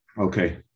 Okay